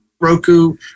Roku